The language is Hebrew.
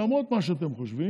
למרות מה שאתם חושבים,